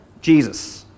Jesus